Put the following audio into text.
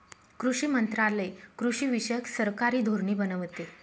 कृषी मंत्रालय कृषीविषयक सरकारी धोरणे बनवते